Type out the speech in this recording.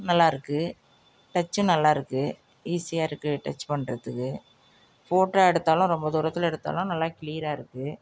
நல்லா இருக்குது டச்சும் நல்லா இருக்குது ஈசியாக இருக்குது டச் பண்ணுறதுக்கு ஃபோட்டோ எடுத்தாலும் ரொம்ப தூரத்தில் எடுத்தாலும் நல்லா கிளீயராக இருக்குது